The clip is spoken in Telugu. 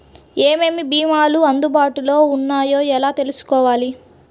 ఏమేమి భీమాలు అందుబాటులో వున్నాయో ఎలా తెలుసుకోవాలి?